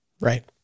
Right